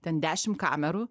ten dešimt kamerų